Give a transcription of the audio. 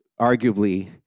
arguably